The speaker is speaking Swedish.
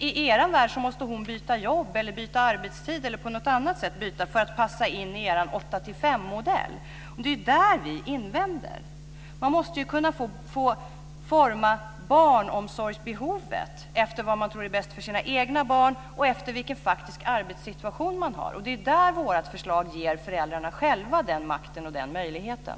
I er värld måste hon byta jobb, byta arbetstid eller på något annat sätt byta för att passa in i er åtta-tillfem-modell. Det är där vi invänder. Man måste kunna få forma barnomsorgsbehovet efter vad man tror är bäst för sina egna barn och vilken faktisk arbetssituation man har. Det är där vårt förslag ger föräldrarna själva den makten och den möjligheten.